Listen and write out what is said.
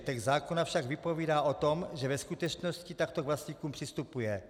Text zákona však vypovídá o tom, že ve skutečnosti takto k vlastníkům přistupuje.